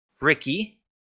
Ricky